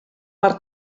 per